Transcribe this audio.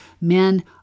men